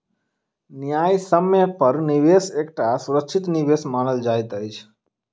न्यायसम्य पर निवेश एकटा सुरक्षित निवेश मानल जाइत अछि